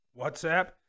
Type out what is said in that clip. WhatsApp